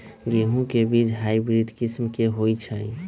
गेंहू के बीज हाइब्रिड किस्म के होई छई?